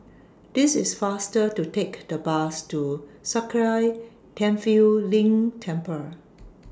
This IS faster to Take The Bus to Sakya Tenphel Ling Temple